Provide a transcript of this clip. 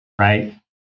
right